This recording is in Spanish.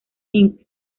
inc